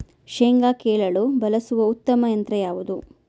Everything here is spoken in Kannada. ಶೇಂಗಾ ಕೇಳಲು ಬಳಸುವ ಉತ್ತಮ ಯಂತ್ರ ಯಾವುದು?